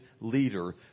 leader